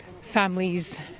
families